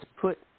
put –